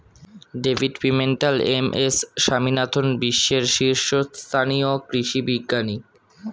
David Pimentel, M S Swaminathan বিশ্বের শীর্ষস্থানীয় কৃষি বিজ্ঞানী